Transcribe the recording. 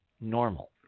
normal